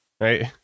right